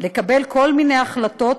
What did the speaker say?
לקבל כל מיני החלטות